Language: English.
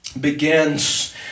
begins